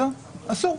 אסור.